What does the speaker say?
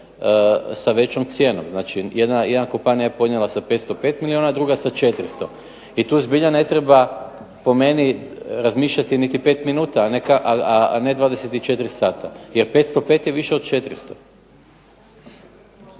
sa većom cijenom. Jedna kompanija je podnijela sa 505 milijuna, druga sa 400 i tu zbilja ne treba po meni razmišljati niti pet minuta, a ne 24 sata. Jer 505 je više od 400.